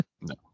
No